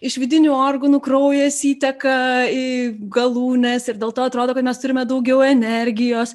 iš vidinių organų kraujas įteka į galūnes ir dėl to atrodo kad mes turime daugiau energijos